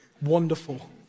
Wonderful